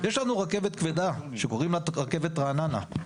יש לנו רכבת כבדה שקוראים לה רכבת רעננה,